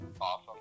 Awesome